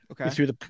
Okay